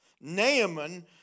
Naaman